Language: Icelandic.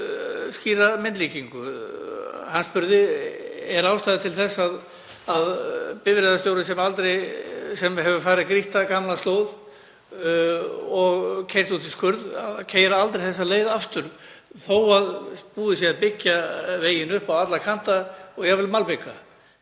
skýra myndlíkingu. Hann spurði: Er ástæða til þess að bifreiðarstjóri sem hefur farið grýtta gamla slóð og keyrt út í skurð keyri þá leið aldrei aftur þó að búið sé að byggja veginn upp á alla kanta og jafnvel malbika?